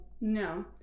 No